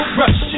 rush